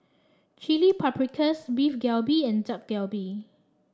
chili Paprikas Beef Galbi and Dak Galbi